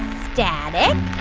static. oh,